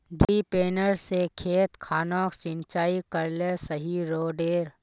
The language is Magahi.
डिरिपयंऋ से खेत खानोक सिंचाई करले सही रोडेर?